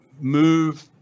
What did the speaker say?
move